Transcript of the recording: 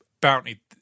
Bounty